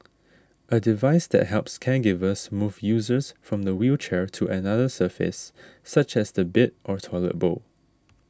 a device that helps caregivers move users from the wheelchair to another surface such as the bed or toilet bowl